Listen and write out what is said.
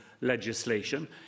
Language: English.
legislation